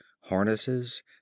harnesses